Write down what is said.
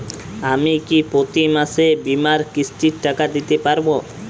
আমি কি প্রতি মাসে বীমার কিস্তির টাকা দিতে পারবো?